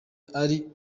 ari